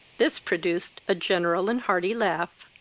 this produced a general and hearty laugh.